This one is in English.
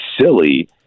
silly